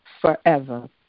forever